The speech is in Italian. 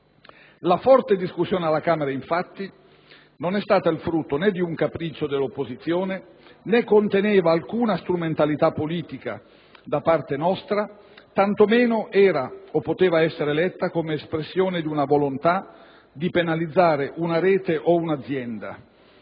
L'accesa discussione alla Camera non è stata infatti il frutto di un capriccio dell'opposizione, né conteneva alcuna strumentalità politica da parte nostra, tantomeno era o poteva essere letta come espressione di una volontà di penalizzare una rete o un'azienda.